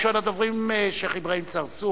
ראשון הדוברים, שיח' אברהים צרצור,